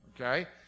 okay